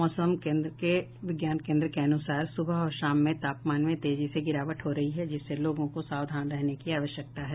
मौसम विज्ञान केन्द्र के अनुसार सुबह और शाम में तापमान में तेजी से गिरावट हो रही है जिससे लोगों को सावधान रहने की आवश्यकता है